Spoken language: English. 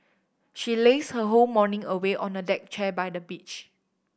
she lazed her whole morning away on a deck chair by the beach